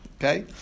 okay